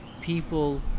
people